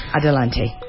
adelante